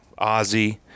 Ozzy